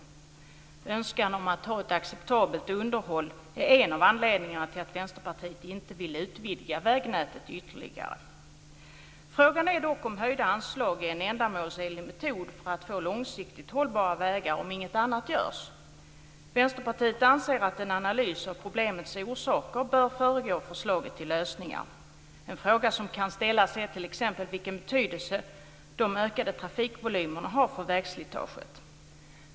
En önskan om att ha ett acceptabelt underhåll är en av anledningarna till att Vänsterpartiet inte vill utvidga vägnätet ytterligare. Frågan är dock om höjda anslag är en ändamålsenlig metod för att få långsiktigt hållbara vägar om inget annat görs. Vänsterpartiet anser att en analys av problemets orsaker bör föregå förslaget till lösningar. En fråga som kan ställas är t.ex. vilken betydelse de ökade trafikvolymerna har för vägslitaget.